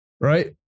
right